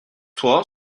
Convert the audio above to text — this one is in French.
toi